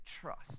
trust